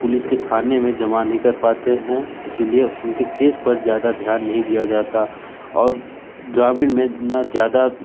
police के थाने में जमा नहीं कर पाते हैं इसलिए उनके केस पर ज़्यादा ध्यान नहीं दिया जाता और ग्रामीण में ना ज़्यादा